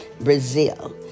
Brazil